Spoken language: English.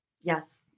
Yes